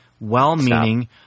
Well-meaning